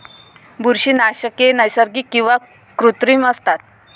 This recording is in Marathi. बुरशीनाशके नैसर्गिक किंवा कृत्रिम असतात